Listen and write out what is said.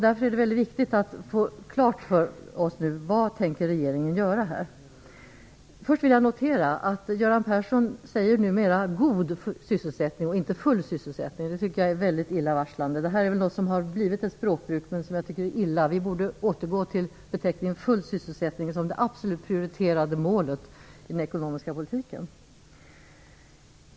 Därför är det mycket viktigt att vi får klart för oss vad regeringen tänker göra i detta avseende. Jag noterar att Göran Persson numera säger "god" sysselsättning i stället för "full" sysselsättning. Det tycker jag är mycket illavarslande. Det har kanske blivit ett språkbruk, men jag tycker att det är illa. Vi borde återgå till beteckningen "full" sysselsättning såsom det absolut prioriterade målet i den ekonomiska politiken.